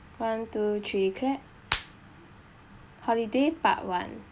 one two three clap holiday part one